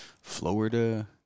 Florida